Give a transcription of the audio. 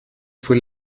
fue